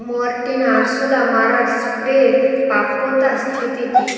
Mortein আরশোলা মারার স্প্রের প্রাপ্যতা স্থিতি কী